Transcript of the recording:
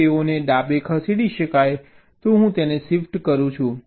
જો તેઓને ડાબે ખસેડી શકાય તો હું તેને શિફ્ટ કરું છું